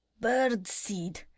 Bird-seed